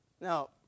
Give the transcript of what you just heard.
Now